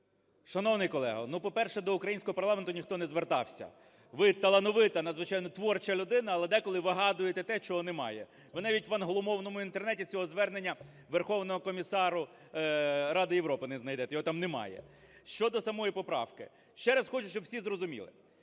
Шановний колего, ну, по-перше, до українського парламенту ніхто не звертався. Ви талановита, надзвичайно творча людина, але деколи вигадуєте те, чого немає. Ви навіть в англомовному Інтернеті цього звернення Верховного комісару Ради Європи не знайдете, його там немає. Щодо самої поправки. Ще раз хочу, щоб всі зрозуміли: